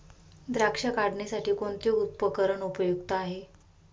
द्राक्ष काढणीसाठी कोणते उपकरण उपयुक्त आहे?